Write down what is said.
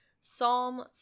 Psalm